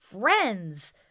friends